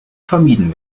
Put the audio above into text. vermieden